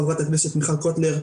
חברת הכנסת מיכל קוטלר,